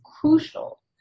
crucial